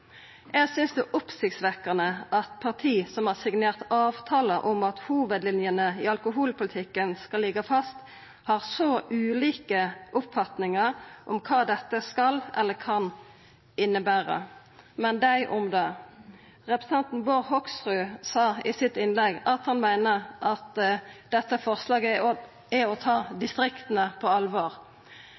Eg synest det er oppsiktsvekkjande at parti som har signert avtale om at hovudlinjene i alkoholpolitikken skal liggja fast, har så ulike oppfatningar om kva dette skal eller kan innebera – men dei om det. Representanten Bård Hoksrud sa i sitt innlegg at han meiner at dette forslaget er å ta distrikta på alvor.